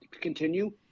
continue